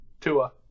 Tua